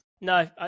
no